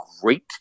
great